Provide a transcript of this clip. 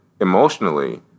emotionally